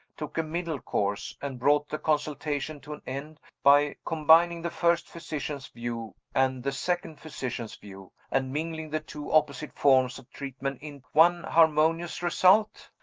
took a middle course, and brought the consultation to an end by combining the first physician's view and the second physician's view, and mingling the two opposite forms of treatment in one harmonious result?